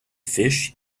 fish